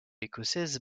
écossaise